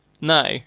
No